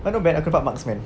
but not bad aku dapat marksman